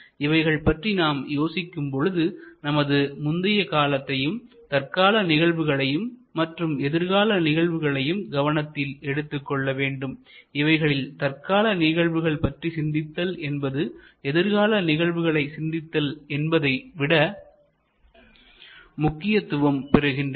இவைகள் பற்றி நாம் யோசிக்கும் பொழுது நமது முந்தைய காலத்தையும் தற்கால நிகழ்வுகளையும் மற்றும் எதிர்கால நிகழ்வுகளையும் கவனத்தில் எடுத்துக்கொள்ளவேண்டும் இவைகளில் தற்கால நிகழ்வுகள் பற்றி சிந்தித்தல் என்பது எதிர்கால நிகழ்வுகளை சிந்தித்தல் என்பதை விட முக்கியத்துவம் பெறுகின்றன